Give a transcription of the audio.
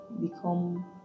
become